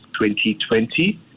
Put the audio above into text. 2020